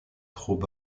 trop